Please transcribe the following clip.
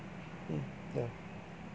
mm yeah